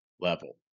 level